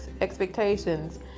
expectations